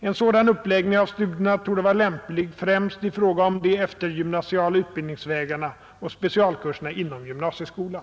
En sådan uppläggning av studierna torde vara lämplig främst i fråga om de eftergymnasiala utbildningsvägarna och specialkurserna inom gymnasieskolan.